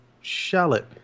shallot